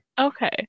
Okay